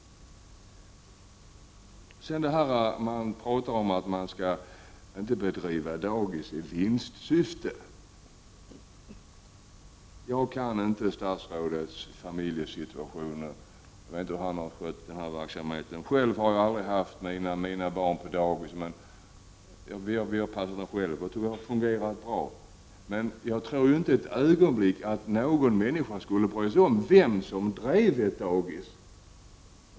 Det pratas även om att dagis inte skall bedrivas i vinstsyfte. Jag kan inte statsrådets familjesituation, och jag vet inte hur han har skött det hela. Själv har jag aldrig haft mina barn på dagis. Vi har passat dem själva, och det har fungerat bra. Jag tror inte ett ögonblick att någon människa skulle bry sig om vem som drev ett dagis.